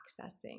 accessing